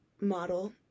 model